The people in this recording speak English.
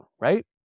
right